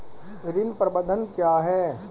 ऋण प्रबंधन क्या है?